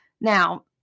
now